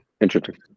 Interesting